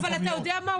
אבל מה,